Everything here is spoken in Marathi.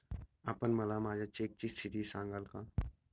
आपण मला माझ्या चेकची स्थिती सांगाल का?